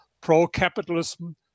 pro-capitalism